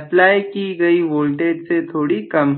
apply की गई वोल्टेज से थोड़ी कम हो